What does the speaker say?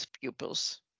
pupils